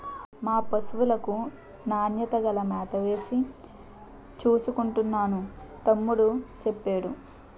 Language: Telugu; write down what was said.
మా పశువులకు నాణ్యత గల మేతవేసి చూసుకుంటున్నాను తమ్ముడూ సెప్పేడు